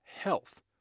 health